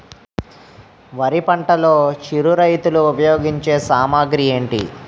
వరి పంటలో చిరు రైతులు ఉపయోగించే సామాగ్రి ఏంటి?